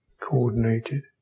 coordinated